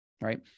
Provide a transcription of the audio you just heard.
right